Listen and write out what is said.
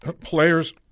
Players